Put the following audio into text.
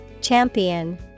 Champion